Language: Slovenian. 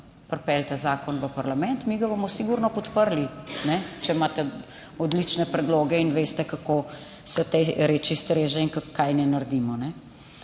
pripeljite zakon v parlament, mi ga bomo sigurno podprli, če imate odlične predloge in veste, kako se tej reči streže in kaj naj naredimo.